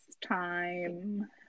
time